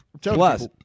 Plus